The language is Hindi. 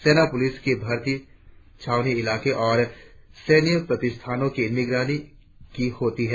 सेना पुलिस की भ्रमिका छावनी इलाकों और सैन्य प्रतिष्ठानो की निगरानी की होती है